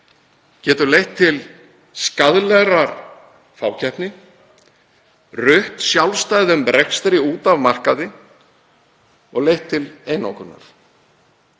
geta leitt til skaðlegrar fákeppni, rutt sjálfstæðum rekstri út af markaði og leitt til einokunar.